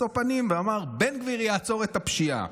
ואמר: בן גביר יעצור את הפשיעה.